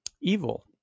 evil